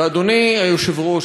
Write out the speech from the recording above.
אדוני היושב-ראש,